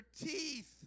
teeth